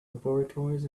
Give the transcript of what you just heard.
laboratories